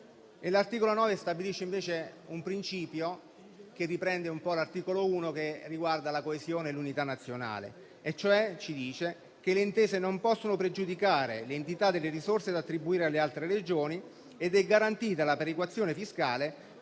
L'articolo 9 stabilisce invece un principio che riprende l'articolo 1, che riguarda la coesione e l'unità nazionale, stabilendo che le intese non possono pregiudicare l'entità delle risorse da attribuire alle altre Regioni ed è garantita la perequazione fiscale